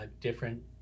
different